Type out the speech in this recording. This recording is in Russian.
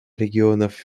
регионов